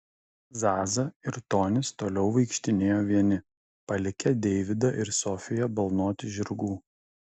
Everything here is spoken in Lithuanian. zaza ir tonis toliau vaikštinėjo vieni palikę deividą ir sofiją balnoti žirgų